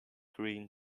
green